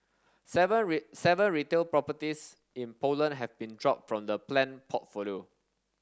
seven seven retail properties in Poland have been dropped from the planned portfolio